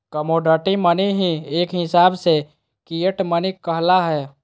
commodity money ही एक हिसाब से फिएट मनी कहला हय